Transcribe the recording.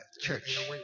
church